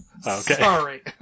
Sorry